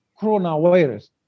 coronavirus